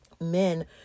men